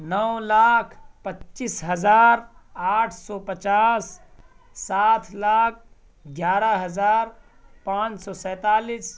نو لاکھ پچیس ہزار آٹھ سو پچاس ساتھ لاکھ گیارہ ہزار پانچ سو سینتالیس